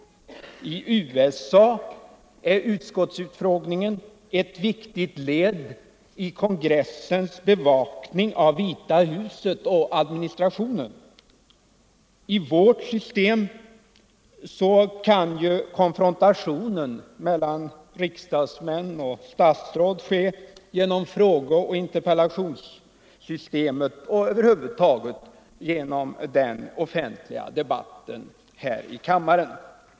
I USA är utskottsutfrågningen ett viktigt led i kongressens bevakning av Vita huset och administrationen. I vårt system kan ju konfrontationen mellan riksdagsmän och statsråd ske genom frågeoch interpellationssystemet och över huvud taget genom den offentliga debatten här i kammaren.